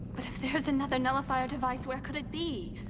but if there's another nullifier device, where could it be?